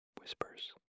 Whispers